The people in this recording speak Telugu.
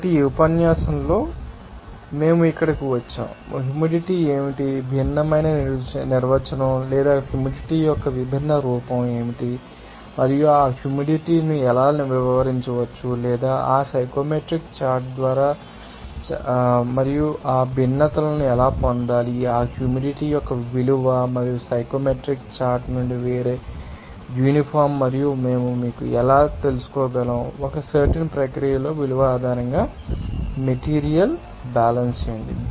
కాబట్టి ఈ ఉపన్యాసంలో మేము ఇక్కడకు వచ్చాము హ్యూమిడిటీ ఏమిటి భిన్నమైన నిర్వచనం లేదా హ్యూమిడిటీ యొక్క విభిన్న రూపం ఏమిటి మరియు ఆ హ్యూమిడిటీ ను ఎలా వివరించవచ్చు లేదా ఆ సైకోమెట్రిక్ చార్ట్ ద్వారా చదవవచ్చు మరియు ఆ భిన్నతను ఎలా పొందాలో ఆ హ్యూమిడిటీ యొక్క విలువ మరియు సైకోమెట్రిక్ చార్ట్ నుండి వేరే యూనిఫాం మరియు మేము మీకు ఎలా తెలుసుకోగలం ఒక సర్టెన్ ప్రక్రియలోని విలువ ఆధారంగా మెటీరియల్ బ్యాలెన్స్ చేయండి